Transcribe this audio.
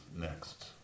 next